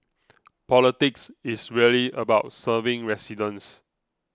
politics is really about serving residents